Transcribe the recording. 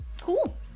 Cool